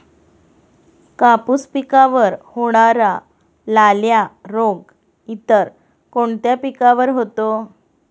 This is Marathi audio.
कापूस पिकावर होणारा लाल्या रोग इतर कोणत्या पिकावर होतो?